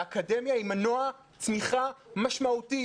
האקדמיה היא מנוע צמיחה משמעותי,